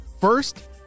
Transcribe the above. First